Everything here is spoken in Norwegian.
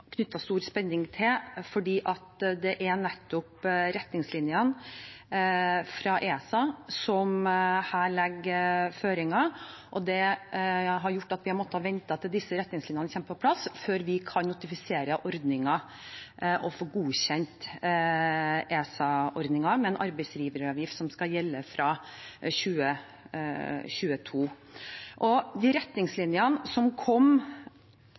stor spenning til. Det er nettopp retningslinjene fra ESA som legger føringer her, og det har gjort at vi har måttet vente til disse retningslinjene kommer på plass, før vi kan notifisere ordningen og få godkjent ESA-ordningen med en arbeidsgiveravgift som skal gjelde fra 2022. Retningslinjene som kom 19. april, imøtekommer de